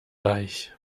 reich